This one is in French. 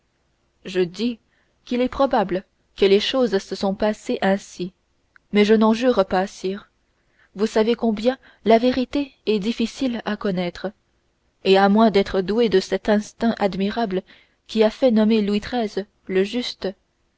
je dis qu'il est probable que les choses se sont passées ainsi mais je n'en jure pas sire vous savez combien la vérité est difficile à connaître et à moins d'être doué de cet instinct admirable qui a fait nommer louis xiii le juste